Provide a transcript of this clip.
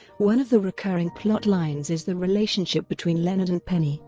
one of the recurring plot lines is the relationship between leonard and penny